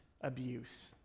abuse